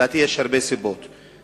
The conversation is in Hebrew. לדעתי יש הרבה סיבות לכך.